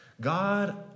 God